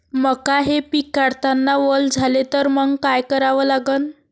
मका हे पिक काढतांना वल झाले तर मंग काय करावं लागन?